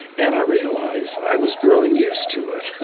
and i realized i was growing used to it,